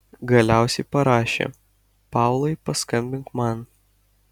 galiausiai parašė paulai paskambink man